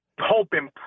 hoping